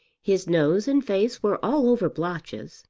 his nose and face were all over blotches,